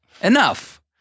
enough